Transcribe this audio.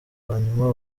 hanyuma